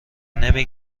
نمی